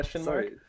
Sorry